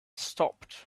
stopped